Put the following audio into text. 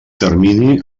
termini